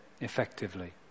effectively